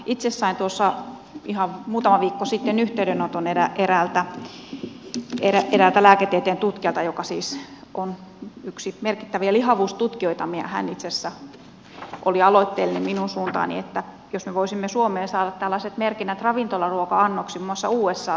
itse sain tuossa ihan muutama viikko sitten yhteydenoton eräältä lääketieteen tutkijalta joka siis on yksi merkittäviä lihavuustutkijoitamme ja hän itse asiassa oli aloitteellinen minun suuntaani että jos me voisimme suomeen saada tällaiset merkinnät ravintolaruoka annoksiin